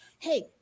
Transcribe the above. Hey